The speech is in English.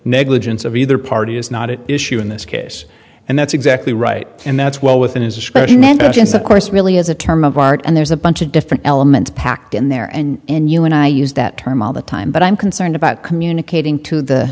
negligence of either party is not at issue in this case and that's exactly right and that's well within his especially negligence of course really as a term of art and there's a bunch of different elements packed in there and you and i use that term all the time but i'm concerned about communicating to the